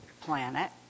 planet